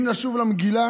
אם נשוב למגילה,